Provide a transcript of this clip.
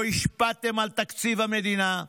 לא השפעתם על תקציב המדינה.